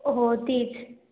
हो तीच